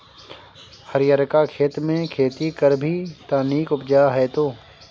हरियरका घरमे खेती करभी त नीक उपजा हेतौ